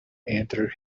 entered